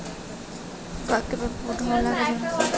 পুই শাকেতে টপা দাগের জন্য কি ব্যবস্থা নেব?